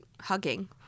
hugging